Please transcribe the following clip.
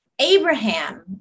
Abraham